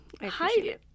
Hi